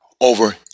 over